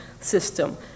system